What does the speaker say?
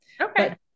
Okay